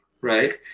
right